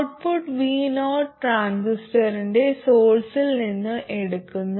output vo ട്രാൻസിസ്റ്ററിന്റെ സോഴ്സിൽ നിന്ന് എടുക്കുന്നു